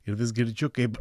ir vis girdžiu kaip